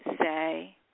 say